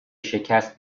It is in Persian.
شکست